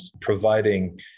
providing